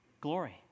glory